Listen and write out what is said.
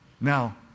now